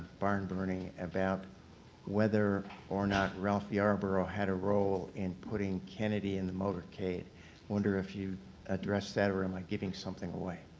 barn burning about whether or not ralph yarborough had a role in putting kennedy in the motorcade. i wonder if you addressed that or am i giving something away?